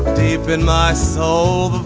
deep in my soul,